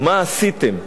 מה עשיתם?